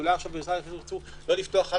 אולי משרד הבריאות ירצו לא לפתוח,